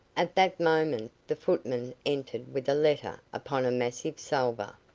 at that moment the footman entered with a letter upon a massive salver,